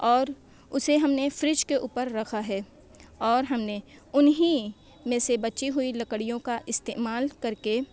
اور اسے ہم نے فریج کے اوپر رکھا ہے اور ہم نے انہیں میں سے بچی ہوئی لکڑیوں کا استعمال کر کے